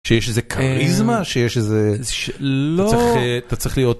שיש איזה כריזמה שיש איזה אתה צריך להיות.